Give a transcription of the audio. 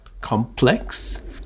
complex